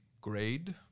grade